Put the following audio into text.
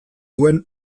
duen